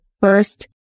first